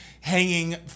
hanging